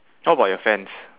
how about your fence